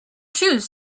shoes